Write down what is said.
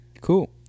Cool